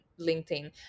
LinkedIn